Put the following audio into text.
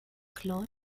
claude